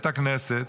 את הכנסת,